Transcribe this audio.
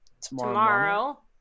Tomorrow